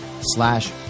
slash